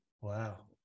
wow